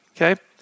okay